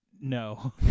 No